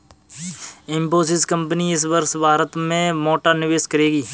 Infosys company इस वर्ष भारत में मोटा निवेश करेगी